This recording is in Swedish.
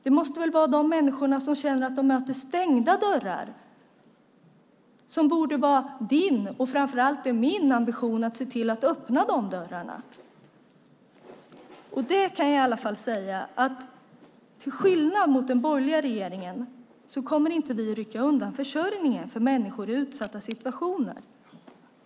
Det borde vara din och framför allt min ambition att se till att öppna de dörrarna för de människor som känner att de möter stängda dörrar. Jag kan i alla fall säga att till skillnad från den borgerliga regeringen kommer vi inte att rycka undan försörjningen för människor i utsatta situationer.